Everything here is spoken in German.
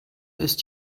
ist